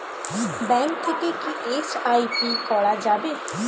Bank থেকে কী SIP করা যাবে?